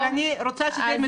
אבל אני רוצה שזה יהיה מדויק,